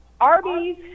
Arby's